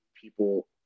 people